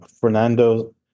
Fernando